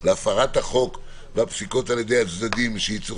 להפרת החוק והפסיקות על ידי צדדים שיצאו